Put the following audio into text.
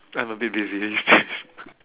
I'm a bit busy these days